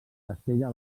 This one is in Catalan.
castella